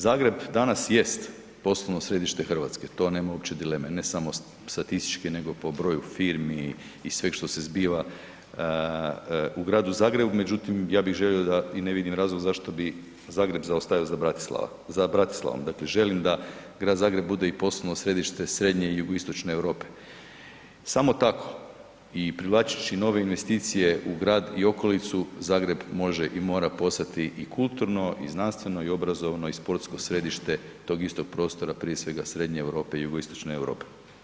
Zagreb danas jest posebno središte Hrvatske, to nema uopće dileme, ne samo statistički nego po broju firmi i sveg što se zbiva u Gradu Zagrebu, međutim ja bih želio i ne vidim razlog zašto bi Zagreb zaostajao za Bratislavom, dakle želim da Grad Zagreb bude i poslovno središte Srednje i Jugoistočne Europe, samo tako i privlačeći nove investicije u grad i okolicu Zagreb može i mora postati i kulturno, i znanstveno, i obrazovno, i sportsko središte tog istog prostora prije svega Srednje Europe i Jugoistočne Europe.